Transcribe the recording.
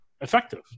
effective